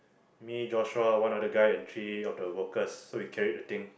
me Joshua one other guy and three of the workers so we carried the thing